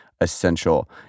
essential